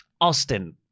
Austin